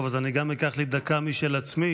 טוב, אז אני גם אקח לי דקה משל עצמי,